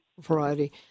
variety